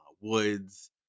Woods